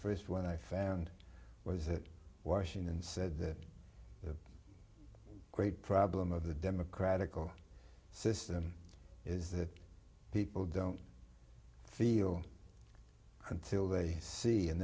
st one i found was that washington said that the great problem of the democratic system is that people don't feel until they see and